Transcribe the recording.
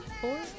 four